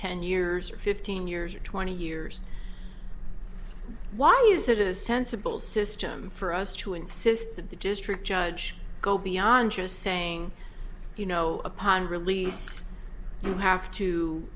ten years or fifteen years or twenty years while you sit in a sensible system for us to insist that the district judge go beyond just saying you know upon release you have to